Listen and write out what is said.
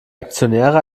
aktionäre